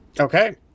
okay